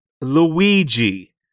Luigi